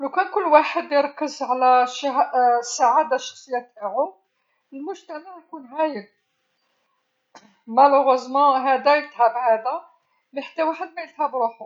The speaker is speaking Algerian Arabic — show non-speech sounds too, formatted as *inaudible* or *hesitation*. لوكان كل واحد يركز على *hesitation* سعادة شخصية نتاعو المجتمع يكون هايل، *laughs* للأسف هذا يلتهى بهاذاحتى واحد ما يلتهى برحو.